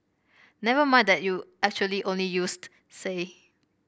never mind that you actually only used say